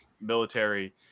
military